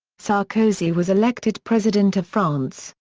sarkozy was elected president of france,